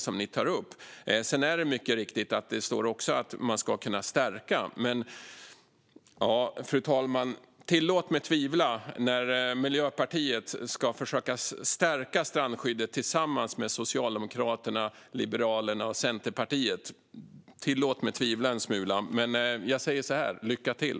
Sedan står det mycket riktigt också att man ska kunna stärka skyddet, men, fru talman, tillåt mig tvivla när Miljöpartiet ska stärka strandskyddet tillsammans med Socialdemokraterna, Liberalerna och Centerpartiet. Tillåt mig tvivla en smula. Men jag säger så här: Lycka till!